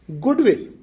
goodwill